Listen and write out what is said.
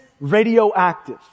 radioactive